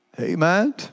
amen